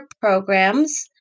programs